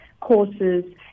courses